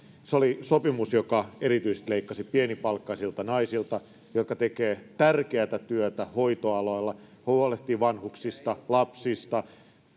se oli sopimus joka erityisesti leikkasi pienipalkkaisilta naisilta jotka tekevät tärkeätä työtä hoitoalalla ja huolehtivat vanhuksista ja lapsista